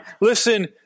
Listen